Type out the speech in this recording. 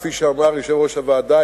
כפי שאמר יושב-ראש הוועדה,